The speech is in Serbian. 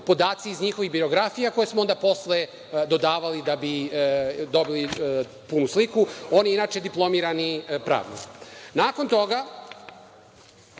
podaci iz njihovih biografija, koje smo onda posle dodavali da bi dobili punu sliku. On je inače diplomirani pravnik. Nakon toga,